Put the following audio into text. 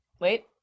Wait